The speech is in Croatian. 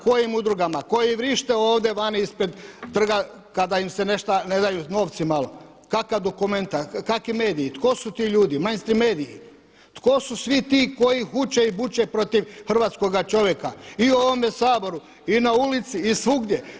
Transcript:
Kojim udrugama, koji vrište ovdje vani ispred trga kada im se nešta ne daju novci malo, kakvi dokumenti, kakvi mediji, tko su ti ljudi … mediji, tko su svi ti koji huče i buče protiv hrvatskog čovjeka i u ovome Saboru i na ulici i svugdje.